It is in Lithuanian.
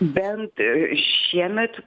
bent e šiemet